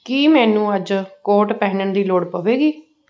ਕੀ ਮੈਨੂੰ ਅੱਜ ਕੋਟ ਪਹਿਨਣ ਦੀ ਲੋੜ ਪਵੇਗੀ